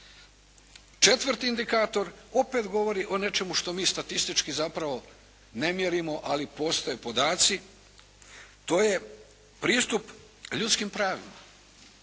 Četvrti indikator opet govori o nečemu što mi statistički zapravo ne mjerimo, ali postoje podaci. To je pristup ljudskim pravima.